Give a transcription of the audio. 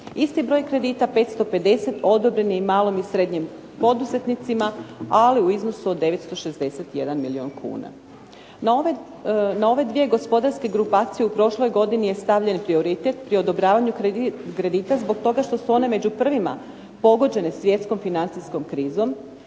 Isti broj kredita 550 odobren je malom i srednjem poduzetnicima ali u iznosu od 961 milijun kuna. Na ove dvije gospodarske grupacije prošle godine je stavljen prioritet pri odobravanju kredita zbog toga što su one među prvima pogođene svjetskom financijskom krizom,